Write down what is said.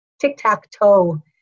tic-tac-toe